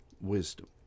wisdom